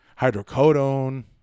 hydrocodone